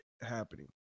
happening